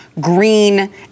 green